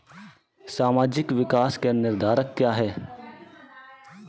सामाजिक विकास के निर्धारक क्या है?